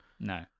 No